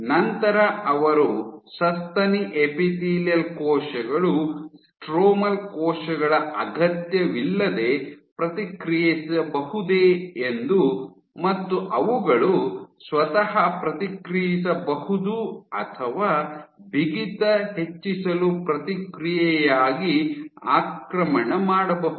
ನಂತರ ಅವರು ಸಸ್ತನಿ ಎಪಿಥೇಲಿಯಲ್ ಕೋಶಗಳು ಸ್ಟ್ರೋಮಲ್ ಕೋಶಗಳ ಅಗತ್ಯವಿಲ್ಲದೆ ಪ್ರತಿಕ್ರಿಯಿಸಬಹುದೇ ಎಂದು ಮತ್ತು ಅವುಗಳು ಸ್ವತಃ ಪ್ರತಿಕ್ರಿಯಿಸಬಹುದು ಅಥವಾ ಬಿಗಿತ ಹೆಚ್ಚಿಸಲು ಪ್ರತಿಕ್ರಿಯೆಯಾಗಿ ಆಕ್ರಮಣ ಮಾಡಬಹುದು